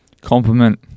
compliment